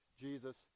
jesus